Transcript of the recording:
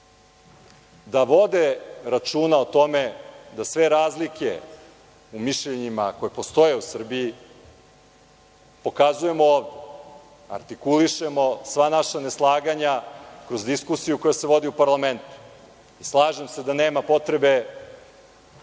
da vode računa o tome da sve razlike u mišljenjima koje postoje u Srbiji pokazujemo ovde i artikulišemo sva naša neslaganja kroz diskusiju koja se vodi u parlamentu. Slažem se da nema potrebe